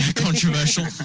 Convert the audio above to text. controversial